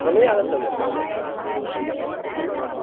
समये आगन्तव्यं महोदय अस्तु अस्तु